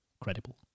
Credible